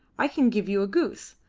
i can give you a goose.